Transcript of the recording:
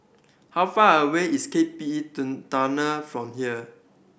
how far away is K P E Tunnel from here